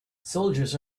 soldiers